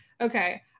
okay